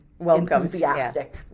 enthusiastic